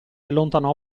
allontanò